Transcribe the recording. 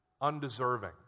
undeserving